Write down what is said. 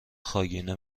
خاگینه